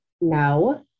No